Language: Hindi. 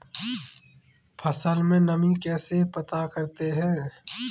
फसल में नमी कैसे पता करते हैं?